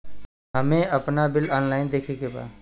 हमे आपन bill online देखे के बा?